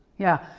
yeah,